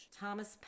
Thomas